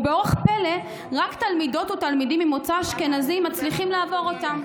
ובאורח פלא רק תלמידות או תלמידים ממוצא אשכנזי מצליחים לעבור אותם.